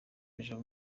ejo